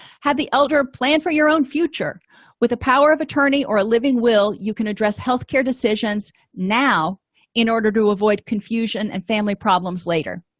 have the elder plan for your own future with a power of attorney or a living will you can address health care decisions now in order to avoid confusion and family problems later